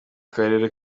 karere